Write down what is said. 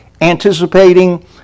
anticipating